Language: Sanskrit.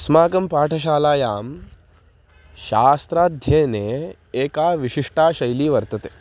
अस्माकं पाठशालायां शास्त्राध्ययने एका विशिष्टा शैली वर्तते